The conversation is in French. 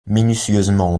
minutieusement